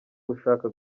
gushaka